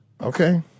Okay